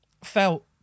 felt